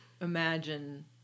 imagine